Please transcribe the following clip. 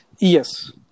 Yes